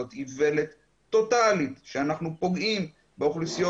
זאת איוולת טוטאלית שאנחנו פוגעים באוכלוסיות